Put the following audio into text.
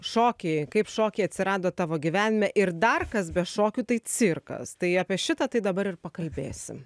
šokiai kaip šokiai atsirado tavo gyvenime ir dar kas be šokių tai cirkas tai apie šitą tai dabar ir pakalbėsim